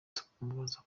tumubaza